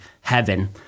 heaven